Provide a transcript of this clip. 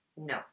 No